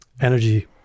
energy